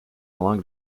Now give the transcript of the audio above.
along